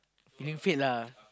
feeling fade lah